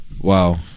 wow